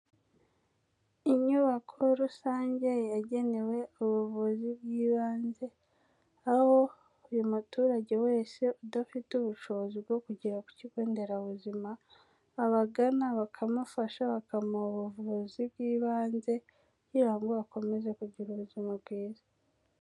Inyubako rusange yagenewe ubuvuzi bw'ibanze, aho buri muturage wese udafite ubushobozi bwo kugera ku kigo nderabuzima, abagana bakamufasha, bakamuha ubuvuzi bw'ibanze kugira ngo akomeze kugira ubuzima bwiza.